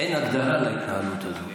אין הגדרה להתנהלות הזאת.